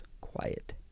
quiet